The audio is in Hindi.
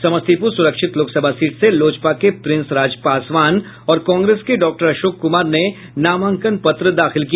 समस्तीपुर सुरक्षित लोकसभा सीट से लोजपा के प्रिंस राज पासवान और कांग्रेस के डॉक्टर अशोक कुमार ने नामांकन पत्र दाखिल किया